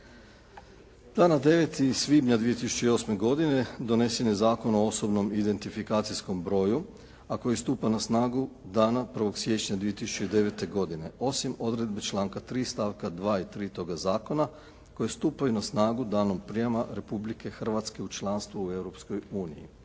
Dana 9. svibnja 2008. godine donesen je Zakon o osobnom identifikacijskom broju, a koji stupa na snagu dana 1. siječnja 2009. godine. Osim odredbe članka 3. stavka 2. i 3. toga zakona koji stupaju na snagu danom prijema Republike Hrvatske u članstvu u